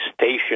station